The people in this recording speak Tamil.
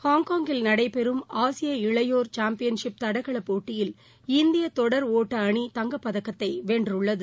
ஹாங்காங்கில் நடைபெறும் ஆசிய இளைஞர் சாம்பியன் ஷிப் தடகளப் போட்டியில் இந்தியதொடர் ஒட்டஅணி தங்கப்பதக்கத்தைவென்றுள்ளது